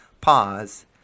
pause